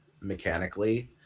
mechanically